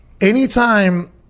anytime